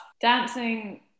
dancing